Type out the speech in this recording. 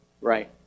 Right